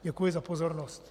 Děkuji za pozornost.